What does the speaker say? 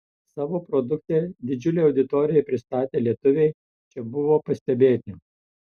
savo produkciją didžiulei auditorijai pristatę lietuviai čia buvo pastebėti